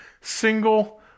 single